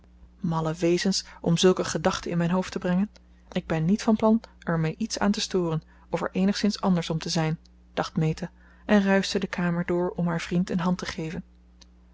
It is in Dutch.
malle wezens om zulke gedachten in mijn hoofd te brengen ik ben niet van plan er me iets aan te storen of er eenigszins anders om te zijn dacht meta en ruischte de kamer door om haar vriend een hand te geven